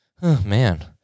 Man